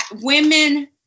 women